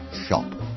shop